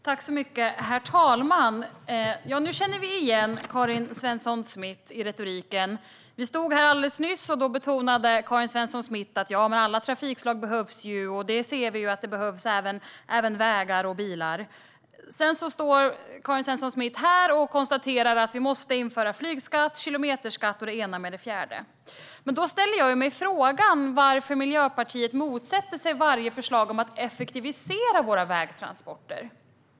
Herr talman! Nu känner vi igen Karin Svensson Smith i retoriken. Vi stod här alldeles nyss - då betonade hon att alla trafikslag behövs, även vägar och bilar. Nu konstaterar Karin Svensson Smith att vi måste införa flygskatt, kilometerskatt och det ena med det fjärde. Då ställer jag mig frågan varför Miljöpartiet motsätter sig varje förslag om att effektivisera våra vägtransporter.